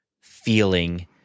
feeling